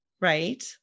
right